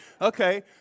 okay